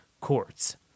courts